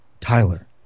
tyler